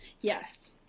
Yes